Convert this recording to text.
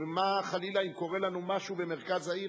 מה אם קורה לנו חלילה משהו במרכז העיר,